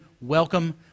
welcome